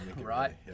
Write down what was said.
Right